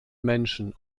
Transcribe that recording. menschen